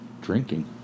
drinking